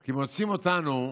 כי הם מוצאים אותנו,